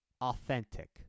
authentic